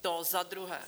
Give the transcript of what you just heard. To za druhé.